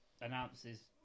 announces